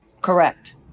Correct